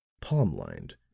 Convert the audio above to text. palm-lined